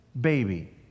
baby